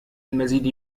المزيد